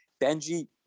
Benji